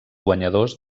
guanyadors